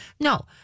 No